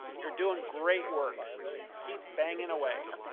you are doing great work keep banging away.